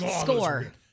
Score